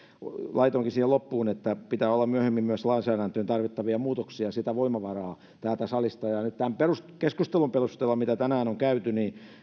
laitoinkin siihen loppuun että pitää olla myöhemmin myös lainsäädäntöön tarvittaviin muutoksiin voimavaraa täältä salista nyt tämän keskustelun perusteella mitä tänään on käyty